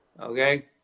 Okay